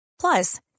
Plus